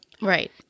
Right